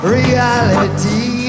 reality